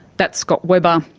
that's scott webber.